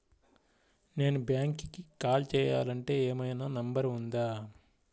నేను బ్యాంక్కి కాల్ చేయాలంటే ఏమయినా నంబర్ ఉందా?